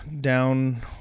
down